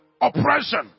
oppression